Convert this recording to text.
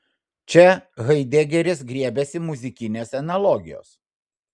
čia haidegeris griebiasi muzikinės analogijos